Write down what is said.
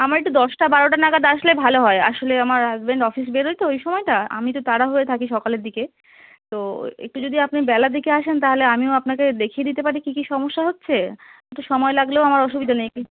আমার একটু দশটা বারোটা নাগাদ আসলে ভালো হয় আসলে আমার হাসবেন্ড অফিস বেরোয় তো ওই সময়টা আমি তো তারা হয়ে থাকি সকালের দিকে তো একটু যদি আপনি বেলা দিকে আসেন তাহলে আমিও আপনাকে দেখিয়ে দিতে পারি কী কী সমস্যা হচ্ছে তো সময় লাগলেও আমার অসুবিধা নেই কি